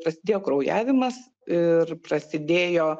prasidėjo kraujavimas ir prasidėjo